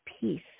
peace